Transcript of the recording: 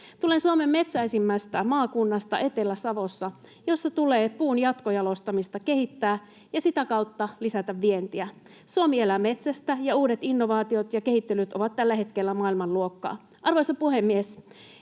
Tulen Suomen metsäisimmästä maakunnasta Etelä-Savosta, missä tulee puun jatkojalostamista kehittää ja sitä kautta lisätä vientiä. Suomi elää metsästä, ja uudet innovaatiot ja kehittelyt ovat tällä hetkellä maailmanluokkaa. Arvoisa puhemies!